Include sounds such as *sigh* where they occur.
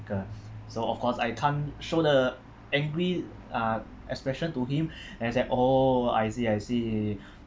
so of course I can't show the angry ah expression to him *breath* then I said oh I see I see *breath*